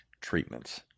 Treatments